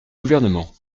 gouvernement